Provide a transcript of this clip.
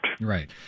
right